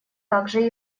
также